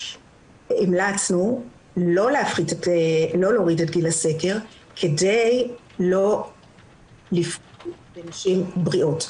המלצנו לא להוריד את גיל הסקר כדי לא לפגוע בנשים בריאות.